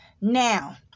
now